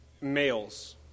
males